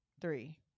three